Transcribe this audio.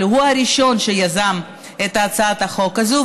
שהוא הראשון שיזם את הצעת החוק הזאת,